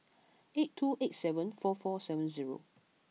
eight two eight seven four four seven zero